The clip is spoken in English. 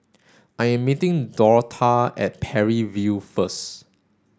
I am meeting Dortha at Parry View first